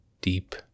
deep